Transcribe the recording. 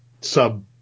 sub